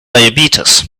diabetes